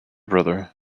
brother